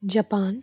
Japan